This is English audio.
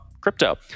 crypto